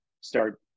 start